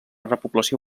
repoblació